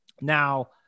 Now